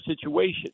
situation